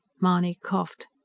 mahony coughed.